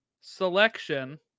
selection